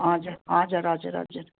हजुर हजुर हजुर हजुर